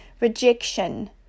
rejection